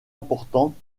importantes